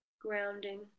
grounding